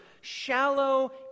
shallow